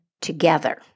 together